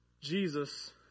jesus